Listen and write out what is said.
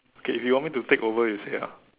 okay if you want me to take over you say ya